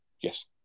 yes